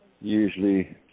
usually